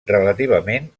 relativament